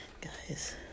Guys